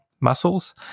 muscles